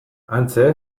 hantxe